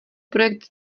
projekt